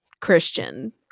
Christian